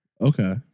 okay